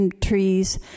trees